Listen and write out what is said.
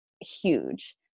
huge